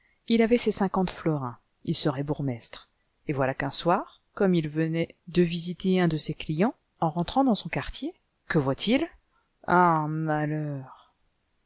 il avait ses cinquante florins il serait bourgmestre et voilà qu'un soir comme il venait de visiter un de ses clients en rentrant dans son quartier que voit-il oh malheur